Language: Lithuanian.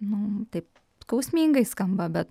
nu taip skausmingai skamba bet